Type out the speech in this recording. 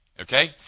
Okay